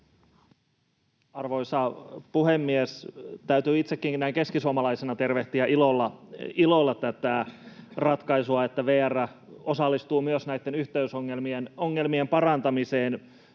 Arvoisa puhemies! Täytyy itsekin näin keskisuomalaisena tervehtiä ilolla tätä ratkaisua, että VR osallistuu myös näitten yhteysongelmien parantamiseen.